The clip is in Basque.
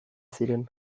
ziren